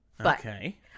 Okay